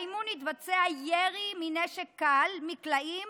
באימון יתבצע ירי מנשק קל, מקלעים